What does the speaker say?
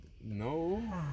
no